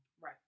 Right